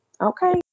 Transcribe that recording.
Okay